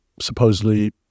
supposedly